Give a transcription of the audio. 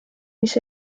mis